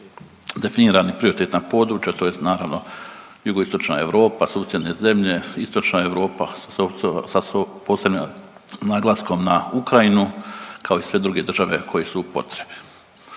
ovdje su definirani prioritetna područja tj. naravno jugoistočna Europa, susjedne zemlje, istočna Europa sa posebnim naglaskom na Ukrajinu kao i sve druge države koje su u potrebi.